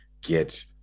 get